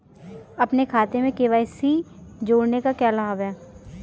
अपने खाते में के.वाई.सी जोड़ने का क्या लाभ है?